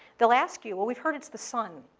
they'll ask you, well, we've heard it's the sun.